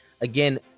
again